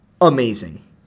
amazing